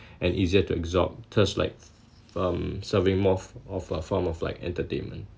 and easier to absorb test like um serving more of of a form of like entertainment